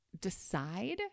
decide